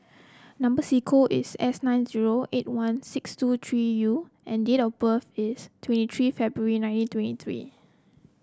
number sequence is S nine zero eight one six two three U and date of birth is twenty three February nineteen twenty three